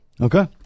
Okay